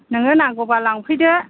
नोङो नांगौबा लांफैदो